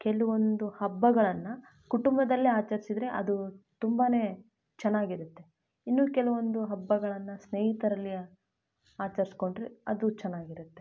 ಕೆಲವೊಂದು ಹಬ್ಬಗಳನ್ನು ಕುಟುಂಬದಲ್ಲೇ ಆಚರಿಸಿದ್ರೆ ಅದು ತುಂಬಾ ಚೆನ್ನಾಗಿರುತ್ತೆ ಇನ್ನೂ ಕೆಲವೊಂದು ಹಬ್ಬಗಳನ್ನು ಸ್ನೇಹಿತರಲ್ಲಿ ಆಚರಿಸ್ಕೊಂಡ್ರೆ ಅದೂ ಚೆನ್ನಾಗಿರುತ್ತೆ